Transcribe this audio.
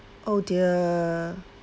oh dear